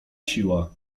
siła